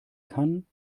kann